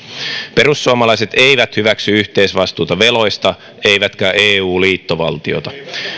perussuomalaiset eivät hyväksy yhteisvastuuta veloista eivätkä eu liittovaltiota